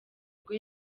bwo